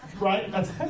Right